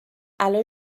الان